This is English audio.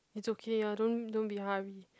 it's okay uh don't don't be hurry